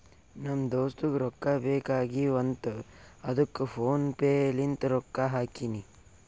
ನಮ್ ದೋಸ್ತುಗ್ ರೊಕ್ಕಾ ಬೇಕ್ ಆಗೀವ್ ಅಂತ್ ಅದ್ದುಕ್ ಫೋನ್ ಪೇ ಲಿಂತ್ ರೊಕ್ಕಾ ಹಾಕಿನಿ